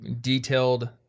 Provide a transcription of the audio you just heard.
detailed